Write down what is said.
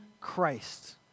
Christ